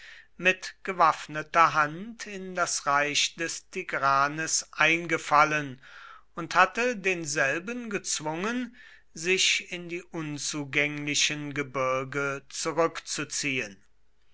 mit gewaffneter hand in das reich des tigranes eingefallen und hatte denselben gezwungen sich in die unzugänglichen gebirge zurückzuziehen